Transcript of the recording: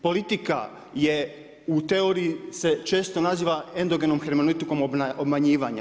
Politika je u teoriji se često naziva endogenom hermanitikom obmanjivanja.